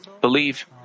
believe